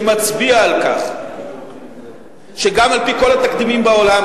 שמצביע על כך שגם על-פי כל התקדימים בעולם,